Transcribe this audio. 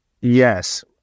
yes